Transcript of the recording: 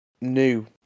new